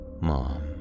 Mom